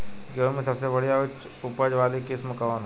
गेहूं में सबसे बढ़िया उच्च उपज वाली किस्म कौन ह?